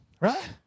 Right